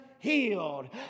healed